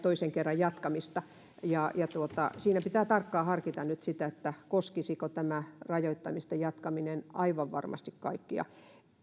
toisen kerran jatkamista siinä pitää tarkkaan harkita nyt sitä koskisiko tämä rajoittamisten jatkaminen aivan varmasti kaikkia